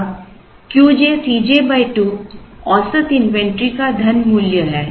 अब Qj C j 2 औसत inventory का धन मूल्य है